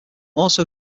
also